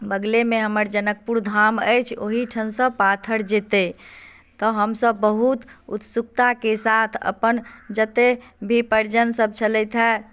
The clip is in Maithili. बगले मे हमर जनकपुर धाम अछि ओहिठाम सँ पाथर जेतै तऽ हमसब बहुत उत्सुकता के साथ अपन जते भी परिजन सब छलैथा